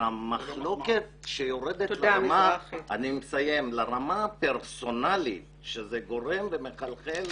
המחלוקת שיורדת לרמה הפרסונלית שזה מחלחל